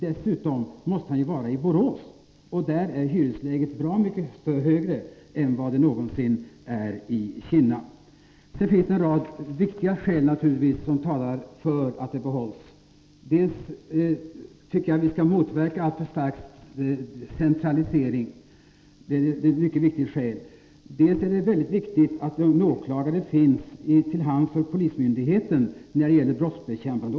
Dessutom måste han vara i Borås, och där är hyresnivån mycket högre än vad den någonsin är i Kinna. Det finns en rad viktiga skäl som talar för att tjänsten bibehålls i Kinna. Dels skall vi motverka en alltför stark centralisering. Det är ett mycket viktigt skäl. Dels är det mycket viktigt att en åklagare finns till hands för polismyndigheten när det gäller brottsbekämpning.